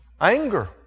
Anger